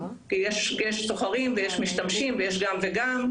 כי יש סוחרים ויש משתמשים ויש גם וגם.